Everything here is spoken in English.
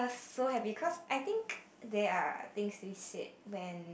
so happy cause I think there are things to be said than